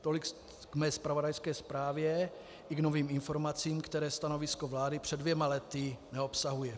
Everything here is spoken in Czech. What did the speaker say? Tolik k mé zpravodajské zprávě i k novým informacím, které stanovisko vlády před dvěma lety neobsahuje.